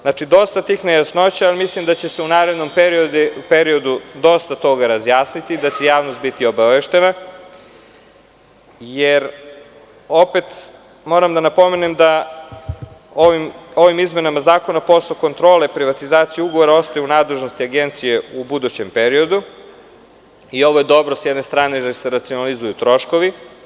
Znači, dosta tih nejasnoća, mislim da će se u narednom periodu dosta toga razjasniti, da će javnost biti obaveštena, jer opet moram da napomenem da ovim izmenama zakona posao kontrole privatizacije ugovora ostaje u nadležnosti Agencije u budućem periodu i ovo je dobro s jedne strane da se racionalizuju troškovi.